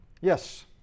Yes